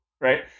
right